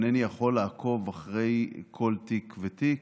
אינני יכול לעקוב אחרי כל תיק ותיק.